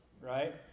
right